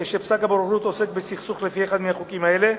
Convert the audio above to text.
כשפסק הבוררות עוסק בסכסוך לפי אחד החוקים האלה,